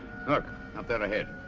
look, up there ahead,